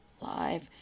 live